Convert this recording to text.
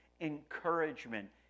encouragement